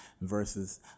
versus